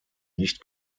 nicht